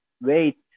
wait